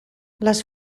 les